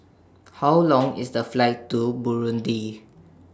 How Long IS The Flight to Burundi